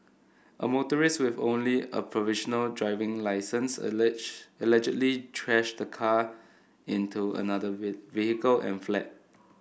a motorist with only a provisional driving licence allege allegedly trashed the car into another we vehicle and fled